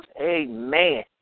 Amen